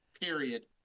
period